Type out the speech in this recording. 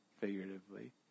figuratively